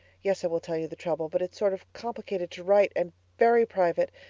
yes, i will tell you the trouble, but it's sort of complicated to write, and very private.